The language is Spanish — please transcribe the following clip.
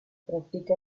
practica